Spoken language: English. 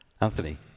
Anthony